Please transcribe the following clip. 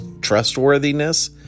trustworthiness